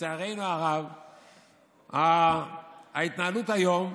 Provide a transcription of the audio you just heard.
לצערנו הרב, ההתנהלות היום,